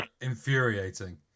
infuriating